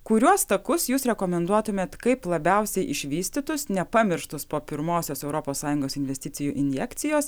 kuriuos takus jūs rekomenduotumėt kaip labiausiai išvystytus nepamirštus po pirmosios europos sąjungos investicijų injekcijos